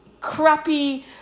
crappy